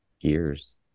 years